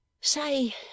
Say